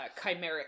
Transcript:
chimeric